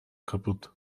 kaputt